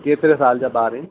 केतिरे साल जा ॿार आहिनि